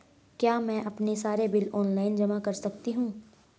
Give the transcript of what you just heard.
क्या मैं अपने सारे बिल ऑनलाइन जमा कर सकती हूँ?